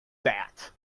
that